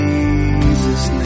Jesus